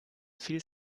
viel